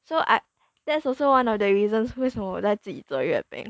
so I that's also one of the reasons 为什么我在自己做月饼